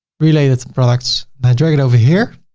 related products and i drag it over here.